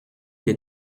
des